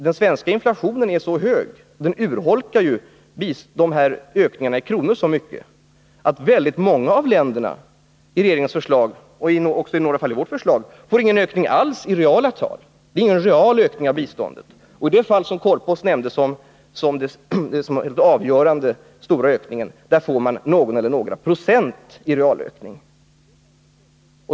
Den svenska inflationer är så hög och urholkar dessa ökningar i kronor så mycket, att många länder enligt regeringens förslag — och i några fall också enligt vårt förslag — inte får någon ökning alls i reala tal. Det är över huvud taget inte någon real ökning av biståndet. I det fall som Sture Korpås nämnde som den avgörande och stora ökningen får man någon eller några procent i real ökning.